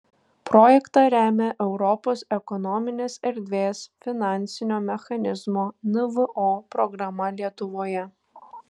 projektą remia europos ekonominės erdvės finansinio mechanizmo nvo programa lietuvoje